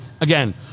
Again